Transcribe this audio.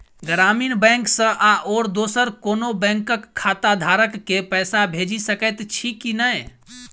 ग्रामीण बैंक सँ आओर दोसर कोनो बैंकक खाताधारक केँ पैसा भेजि सकैत छी की नै?